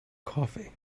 coffee